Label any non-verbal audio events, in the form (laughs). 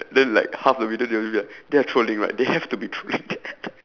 then like half the video they'll be like they are trolling right they have to be trolling (laughs)